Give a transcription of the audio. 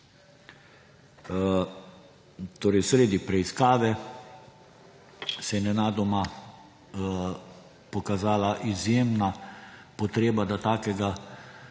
Torej, sredi preiskave se je nenadoma pokazala izjemna potreba, da takega